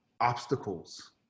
obstacles